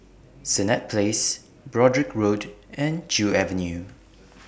Senett Place Broadrick Road and Joo Avenue